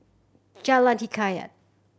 Jalan Hikayat